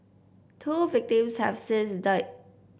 two victims have since died